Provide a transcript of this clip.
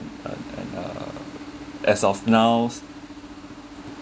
uh and uh as of now